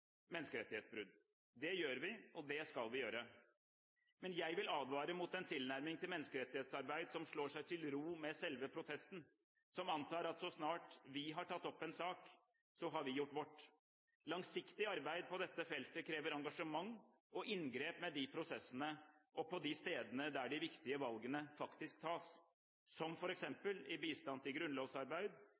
Det gjør vi, og det skal vi gjøre. Men jeg vil advare mot en tilnærming til menneskerettighetsarbeid som slår seg til ro med selve protesten, som antar at så snart vi har tatt opp en sak, har vi gjort vårt. Langsiktig arbeid på dette feltet krever engasjement og inngrep i de prosessene og på de stedene der de viktige valgene faktisk tas, som f.eks. i bistand til grunnlovsarbeid,